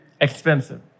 expensive